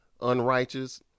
unrighteous